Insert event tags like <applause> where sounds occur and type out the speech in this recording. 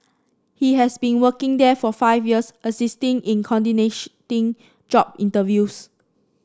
he has been working there for five years assisting in <unintelligible> job interviews